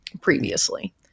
previously